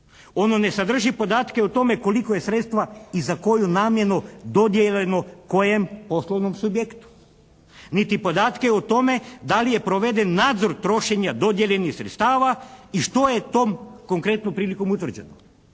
ono ne sadrži podatke o tome koliko je sredstva i za koju namjenu dodijeljeno kojem poslovnom subjektu, niti podatke o tome da li je proveden nadzor trošenja dodijeljenih sredstava i što je tom konkretnom prilikom utvrđeno.